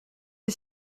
est